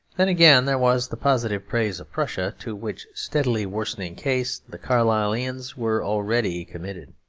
then, again, there was the positive praise of prussia, to which steadily worsening case the carlyleans were already committed.